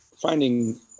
finding